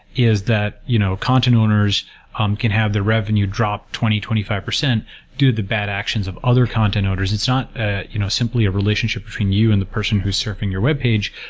is that you know content owners um can have their revenue drop twenty, twenty five percent due to the bad actions of other content owners. it's not ah you know simply a relationship between you and the person who's surfing your webpage,